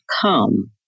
come